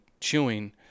chewing